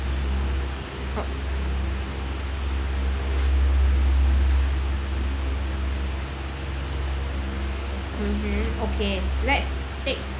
mmhmm okay lets take